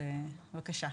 בבקשה.